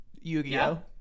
Yu-Gi-Oh